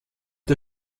der